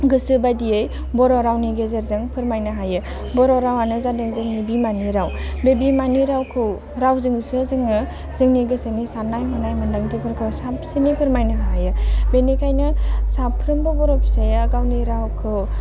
गोसो बायदियै बर' रावनि गेजेरजों फोरमायनो हायो बर' रावानो जादों जोंनि बिमानि राव बे बिमानि रावखौ रावजोंसो जोङो जोंनि गोसोनि सान्नाय हनाय मोनदांथिफोरखौ साबसिनै फोरमायनो हायो बेनिखायनो साफ्रोमबो बर' फिसाया गावनि रावखौ